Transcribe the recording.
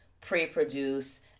pre-produce